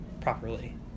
properly